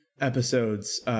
episodes